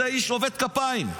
זה איש עובד כפיים,